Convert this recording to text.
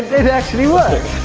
it actually works!